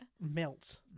melt